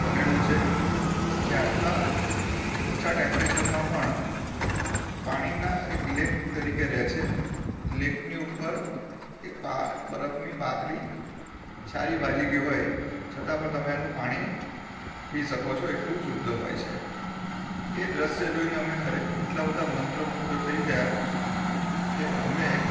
બનેલું છે જે આટલા ઓછા ટેમ્પરેચરમાં પણ પાણીના એક લેક તરીકે રહે છે લેકની ઉપર એક બરફની પાતળી છારી બાજી ગઈ હોય છતાં પણ તમે આનું પાણી પી શકો છો એટલું શુદ્ધ હોય છે એ દૃશ્ય જોઈને અમે ખરેખર એટલા બધા મંત્રમુગ્ધ થઈ ગયા કે અમે